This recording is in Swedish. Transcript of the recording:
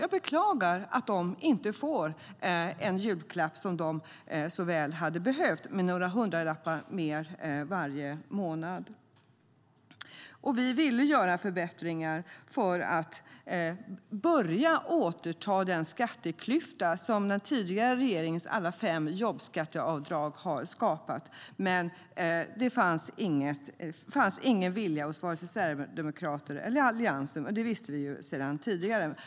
Jag beklagar att de inte får en julklapp som de såväl hade behövt med några hundralappar mer varje månad. Vi ville göra förbättringar för att börja återta den skatteklyfta som den tidigare regeringens alla fem jobbskatteavdrag har skapat. Men det fanns ingen vilja hos vare sig sverigedemokrater eller Alliansen, och det visste vi sedan tidigare.